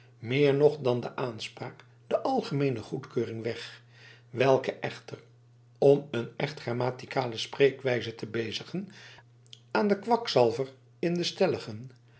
meer nog dan de aanspraak de algemeene goedkeuring weg welke echter om een echt grammaticale spreekwijze te bezigen aan den kwakzalver in den stelligen